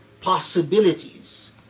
possibilities